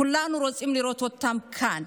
כולנו רוצים לראות אותם כאן.